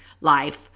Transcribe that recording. life